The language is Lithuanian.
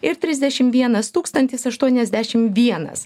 ir trisdešim veinas tūkstantis aštuoniasdešim vienas